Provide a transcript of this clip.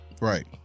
right